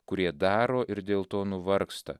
kurie daro ir dėl to nuvargsta